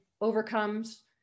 overcomes